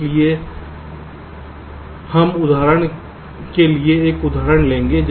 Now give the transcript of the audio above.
इसलिए हम उदाहरण के लिए एक उदाहरण लेंगे